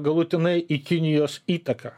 galutinai į kinijos įtaką